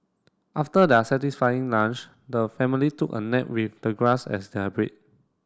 after their satisfying lunch the family took a nap with the grass as their bed